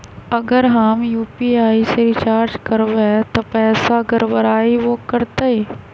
अगर हम यू.पी.आई से रिचार्ज करबै त पैसा गड़बड़ाई वो करतई?